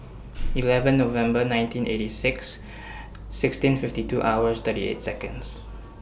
eleven November nineteen eighty six sixteen fifty two hours thirty eight Seconds